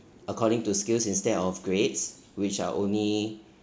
according to skills instead of grades which are only